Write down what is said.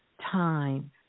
time